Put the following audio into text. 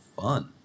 fun